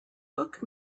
book